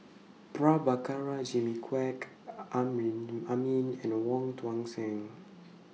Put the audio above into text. Prabhakara Jimmy Quek Amrin Amin and Wong Tuang Seng